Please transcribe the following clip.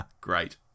Great